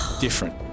different